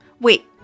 wait